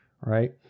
right